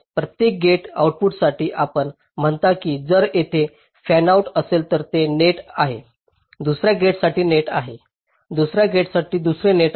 प्रत्येक गेट आउटपुटसाठी आपण म्हणता की जर तेथे फॅनआउट असेल तर ते नेट आहे दुसर्या गेटसाठी नेट आहे दुसर्या गेटसाठी दुसरे नेट आहे